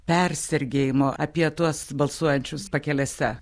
persergėjimo apie tuos balsuojančius pakelėse